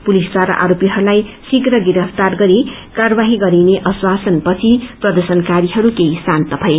पुलिसबारा आरोपीहरूलाई श्रीघ्र गिरफ्तार गरी कार्यवाझी गरिने आश्वासन पछि प्रदर्शनकारीहरू केझी शान्त भए